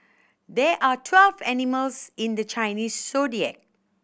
there are twelve animals in the Chinese Zodiac